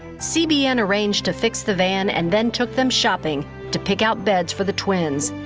cbn arranged to fix the van, and then took them shopping to pick out beds for the twins.